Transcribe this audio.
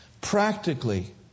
Practically